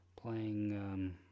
playing